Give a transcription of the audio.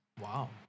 Wow